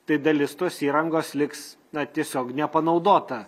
tai dalis tos įrangos liks na tiesiog nepanaudota